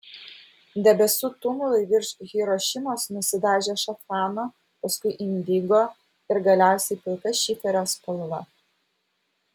debesų tumulai virš hirošimos nusidažė šafrano paskui indigo ir galiausiai pilka šiferio spalva